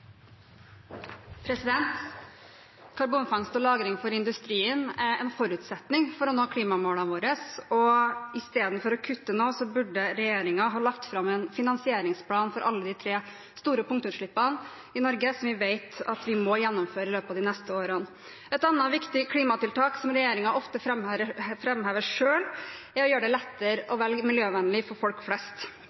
en forutsetning for å nå klimamålene våre. I stedet for å kutte nå burde regjeringen ha lagt fram en finansieringsplan for alle de tre store punktutslippene i Norge som vi vet vi må gjennomføre i løpet av de neste årene. Et annet viktig klimatiltak som regjeringen ofte framhever selv, er å gjøre det lettere å velge miljøvennlig for folk flest.